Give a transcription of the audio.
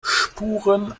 spuren